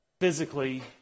physically